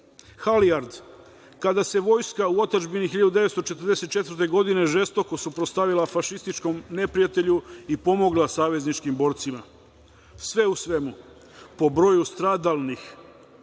„Halijard“ kada se vojska u otadžbini 1944. godine žestoko suprotstavila fašističkom neprijatelju i pomogla savezničkim borcima. Sve u svemu, po broju stradalih